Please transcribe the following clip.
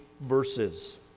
verses